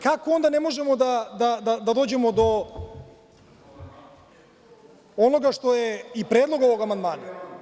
Kako onda ne možemo da dođemo do onoga što je i predlog ovog amandmana.